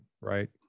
right